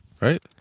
Right